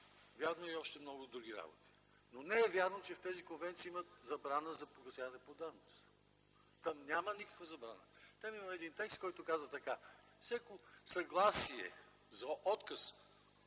Верни са и още много други работи. Но не е вярно, че в тези конвенции има забрана за погасяване по давност. Там няма никаква забрана. Там има текст, който казва: „Всяко съгласие за отказ